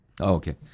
okay